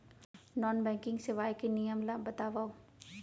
Non banking सेवाएं के नियम ला बतावव?